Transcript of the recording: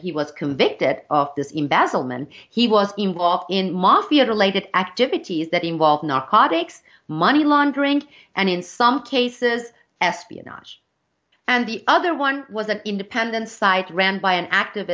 he was convicted of this embezzle men he was involved in mafia related activities that involve narcotics money laundering and in some cases espionage and the other one was an independent site ran by an activ